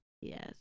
Yes